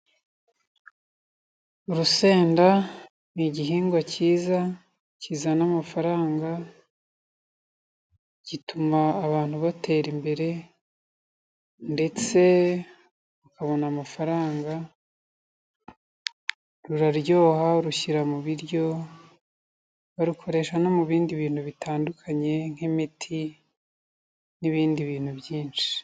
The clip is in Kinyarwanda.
Urusenda ni igihingwa cyiza, kizana amafaranga, gituma abantu batera imbere ndetse, ukabona amafaranga, ruraryoha, urushyira mu biryo. Barukoresha no mu bindi bintu bitandukanye nk'imiti n'ibindi bintu byinshi.